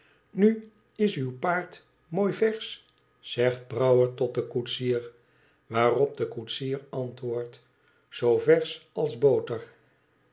nu is uw paard mooi versch i zegt brouwer tot den koetsier waarop de koetsier antwoordt zoo versch als boter